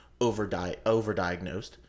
overdiagnosed